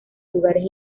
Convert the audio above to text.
lugares